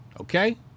okay